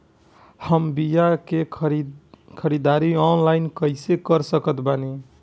हम बीया के ख़रीदारी ऑनलाइन कैसे कर सकत बानी?